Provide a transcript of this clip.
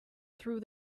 through